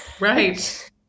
Right